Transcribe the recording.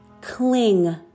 cling